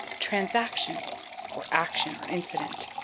transaction for action, or incident.